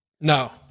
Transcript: No